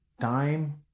Time